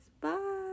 Bye